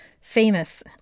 famous